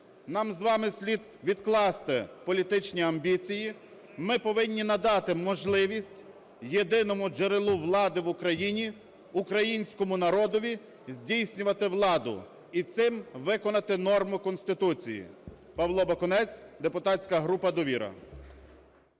нам з вами слід відкласти політичні амбіції. Ми повинні надати можливість єдиному джерелу влади в Україні, українському народові, здійснювати владу і цим виконати норму Конституції. Павло Бакунець, депутатська група "Довіра".